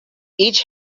each